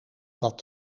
dat